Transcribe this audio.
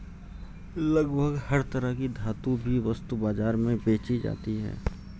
लगभग हर तरह की धातु भी वस्तु बाजार में बेंची जाती है